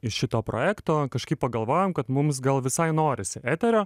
iš šito projekto kažkaip pagalvojom kad mums gal visai norisi eterio